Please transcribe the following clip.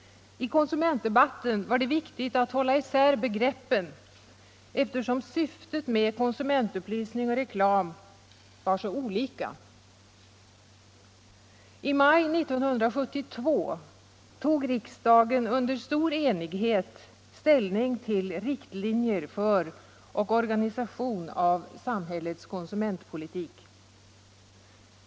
I konsumentdebatten var det viktigt att hålla isär begreppen, eftersom syftet med konsumentupplysning och reklam var så olika. I maj 1972 tog riksdagen under stor enighet ställning till riktlinjer för och organisation av samhällets konsumentpolitik.